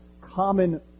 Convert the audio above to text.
common